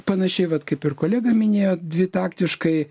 panašiai vat kaip ir kolega minėjo dvi taktiškai